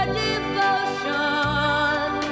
devotion